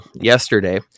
yesterday